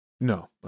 No